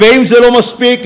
ואם זה לא מספיק,